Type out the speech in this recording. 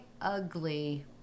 ugly